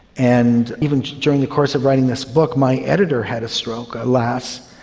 and even during the course of writing this book my editor had a stroke, alas,